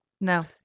no